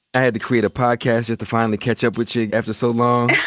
i had to create a podcast just to finally catch up with you after so long.